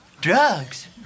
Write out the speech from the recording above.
Drugs